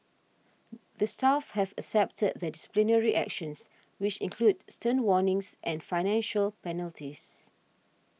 the staff have accepted the disciplinary actions which include stern warnings and financial penalties